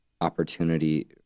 opportunity